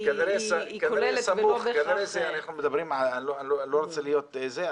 שאפשר להוציא לה היתרי